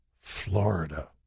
Florida